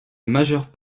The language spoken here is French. majeure